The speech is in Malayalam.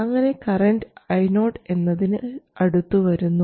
അങ്ങനെ കറൻറ് Io എന്നതിന് അടുത്തു വരുന്നു